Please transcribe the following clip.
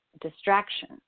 distraction